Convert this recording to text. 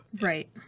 Right